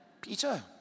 Peter